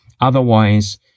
Otherwise